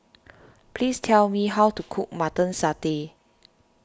please tell me how to cook Mutton Satay